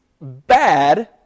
bad